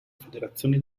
federazioni